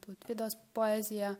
tautvydos poezija